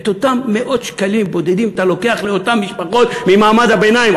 את אותם מאות שקלים בודדים אתה לוקח לאותן משפחות ממעמד הביניים,